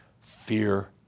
Fear